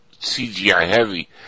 CGI-heavy